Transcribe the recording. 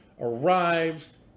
Arrives